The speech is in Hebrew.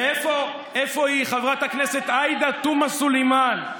ואיפה, איפה היא חברת הכנסת עאידה תומא סלימאן,